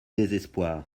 désespoir